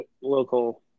local